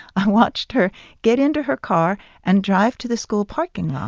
i watched her get into her car and drive to the school parking lot.